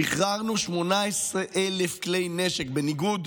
שחררנו 18,000 כלי נשק, בניגוד